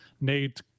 nate